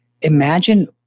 imagine